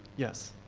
yes.